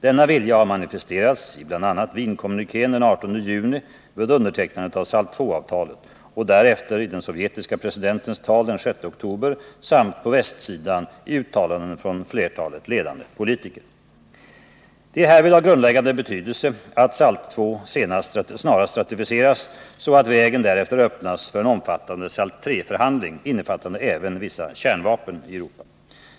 Denna vilja har manifesterats i bl.a. Wienkommunikén den 18 juni vid undertecknandet av SALT II-avtalet och därefter i den sovjetiske presidentens tal den 6 oktober samt på västsidan i uttalanden från ett flertal ledande politiker. Det är härvid av grundläggande betydelse att SALT II snarast ratificeras så att vägen därefter öppnas för en omfattande SALT III-förhandling innefattande även vissa kärnvapen i Europa.